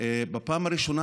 בפעם הראשונה,